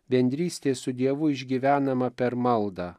bendrystė su dievu išgyvenama per maldą